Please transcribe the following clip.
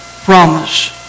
promise